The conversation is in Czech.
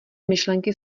myšlenky